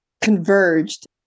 converged